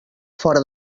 fora